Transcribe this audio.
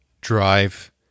drive